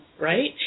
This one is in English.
right